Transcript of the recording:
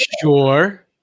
sure